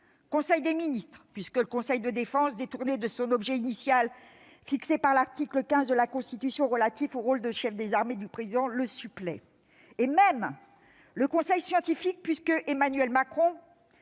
Conseil des ministres, puisque le Conseil de défense, détourné de son objet initial fixé par l'article 15 de la Constitution relatif au rôle de chef des armées du Président le supplée, et même le Conseil scientifique, puisque Emmanuel Macron,